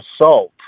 assault